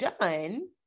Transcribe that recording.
done